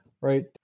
right